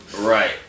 Right